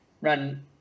run